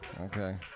Okay